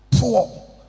Poor